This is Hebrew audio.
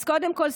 אז קודם כול,